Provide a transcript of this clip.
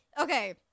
Okay